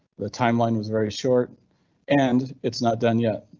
the timeline was very short and it's not done yet.